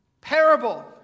parable